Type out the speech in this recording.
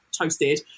toasted